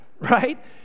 right